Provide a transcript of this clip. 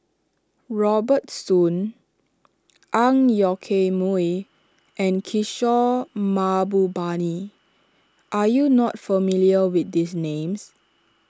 Robert Soon Ang Yoke Mooi and Kishore Mahbubani are you not familiar with these names